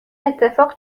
اتفاق